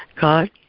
God